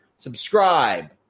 subscribe